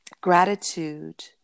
gratitude